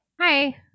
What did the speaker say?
Hi